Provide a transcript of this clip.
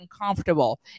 uncomfortable